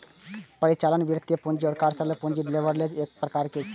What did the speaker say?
परिचालन, वित्तीय, पूंजी आ कार्यशील पूंजी लीवरेज एकर प्रकार छियै